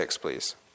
please